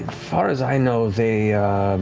far as i know, they